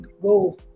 go